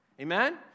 Amen